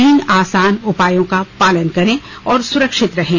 तीन आसान उपायों का पालन करें और सुरक्षित रहें